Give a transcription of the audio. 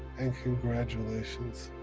and congratulations.